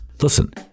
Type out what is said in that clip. Listen